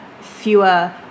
fewer